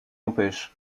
empêche